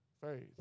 faith